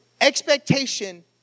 expectation